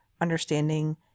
Understanding